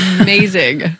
amazing